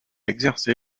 exercé